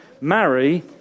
marry